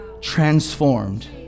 transformed